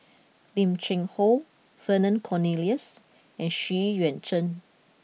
Lim Cheng Hoe Vernon Cornelius and Xu Yuan Zhen